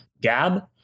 Gab